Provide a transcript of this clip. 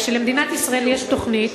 כשלמדינת ישראל יש תוכנית,